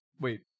Wait